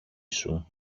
σου